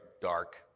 dark